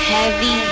Heavy